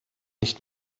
nicht